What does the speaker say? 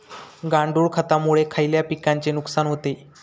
गांडूळ खतामुळे खयल्या पिकांचे नुकसान होते?